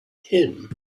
him